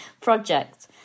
project